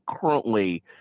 currently